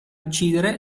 uccidere